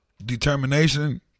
Determination